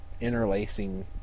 interlacing